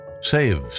saves